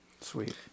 sweet